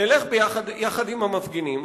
נלך יחד עם המפגינים,